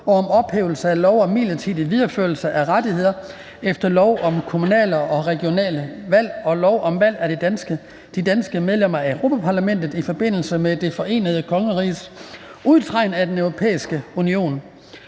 og om ophævelse af lov om midlertidig videreførelse af rettigheder efter lov om kommunale og regionale valg og lov om valg af danske medlemmer til Europa-Parlamentet i forbindelse med Det Forenede Kongeriges udtræden af Den Europæiske Union.